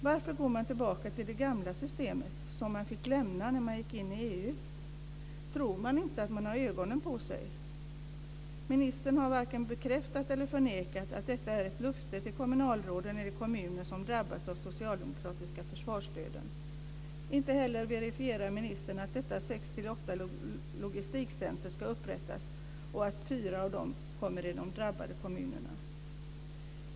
Varför går man tillbaka till det gamla systemet som man fick lämna när man gick in i EU? Tror man inte att man har ögonen på sig? Ministern varken bekräftar eller förnekar att detta är ett löfte till kommunalråden i de kommuner som drabbats av den socialdemokratiska försvarsdöden. Inte heller verifierar ministern att dessa sex-åtta logistikcentrum ska upprättas i fyra av de drabbade kommunerna.